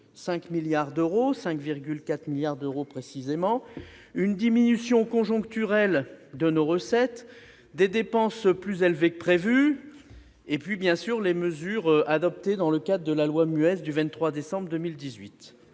final de 5,4 milliards d'euros : une diminution conjoncturelle de nos recettes, des dépenses plus élevées que prévu et, bien sûr, les mesures adoptées dans le cadre de la loi MUES du 24 décembre 2018.